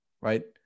right